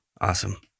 Awesome